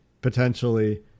potentially